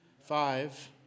Five